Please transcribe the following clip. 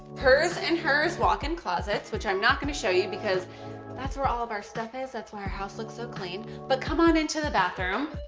hers and hers walk-in closets, which i'm not going to show you, because that's where all our stuff is. that's why our house looks so clean. but come on in to the bathroom.